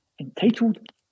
entitled